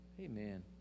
amen